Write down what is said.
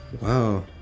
wow